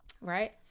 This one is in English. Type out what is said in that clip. Right